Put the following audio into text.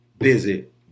visit